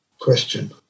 question